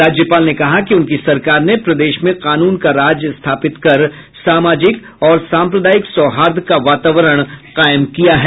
राज्यपाल ने कहा कि उनकी सरकार ने प्रदेश में कानून का राज स्थापित कर सामाजिक और सम्प्रदायिक सौहार्द का वातावरण कायम किया है